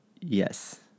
Yes